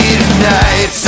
tonight